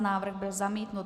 Návrh byl zamítnut.